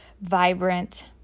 vibrant